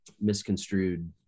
misconstrued